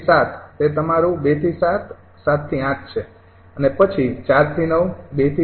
આ બ્રાન્ચ 𝑗𝑗 થી આગળના નોડો બનાવ્યા હતા આ બધુ છે અગાઉના કોષ્ટકમાં સમજાવ્યું છે અને વિગતવાર સમજાવેલ છે કે આ બ્રાન્ચ 𝑗𝑗 ની આગળ ના નોડો છે